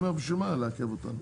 נושא חדש, כמו שאמרתי.